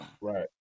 Right